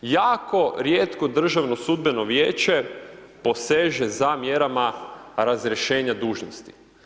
Jako rijetko Državno sudbeno vijeće poseže za mjerama razrješenja dužnosti.